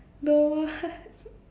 don't want